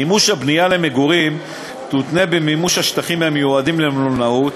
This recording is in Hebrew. מימוש הבנייה במגורים יותנה במימוש השטחים המיועדים למלונאות,